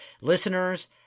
listeners